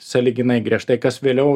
sąlyginai griežtai kas vėliau